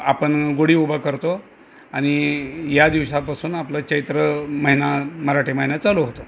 आपण गुढी उभं करतो आणि या दिवसापासून आपलं चैत्र महिना मराठी महिना चालू होतो